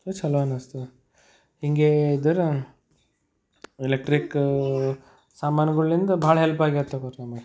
ಚಲೋ ಅನ್ನಿಸ್ತು ಹೀಗೆ ಇದ್ದರೆ ಎಲೆಕ್ಟ್ರಿಕ್ ಸಾಮಾನ್ಗಳಿಂದ ಭಾಳ ಹೆಲ್ಪ್ ಆಗ್ಯಾದ ತಗೊಳ್ರಿ ನಮ್ಗೆ